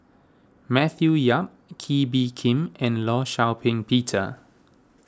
Matthew Yap Kee Bee Khim and Law Shau Ping Peter